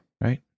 right